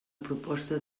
proposta